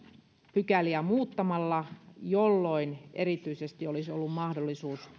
pykäliä muuttamalla jolloin erityisesti olisi ollut mahdollisuus